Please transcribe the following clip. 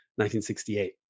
1968